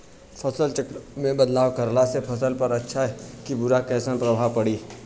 फसल चक्र मे बदलाव करला से फसल पर अच्छा की बुरा कैसन प्रभाव पड़ी?